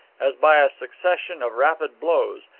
as by a succession of rapid blows,